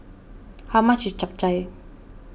how much is Chap Chai